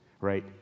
right